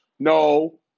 No